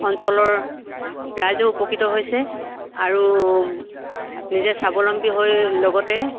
অঞ্চলৰ ৰাইজেও উপকৃত হৈছে আৰু নিজে স্বাৱলম্বী হৈ লগতে